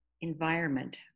environment